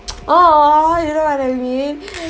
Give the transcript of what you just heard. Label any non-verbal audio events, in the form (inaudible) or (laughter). (noise) !aww! you know what I mean